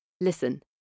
listen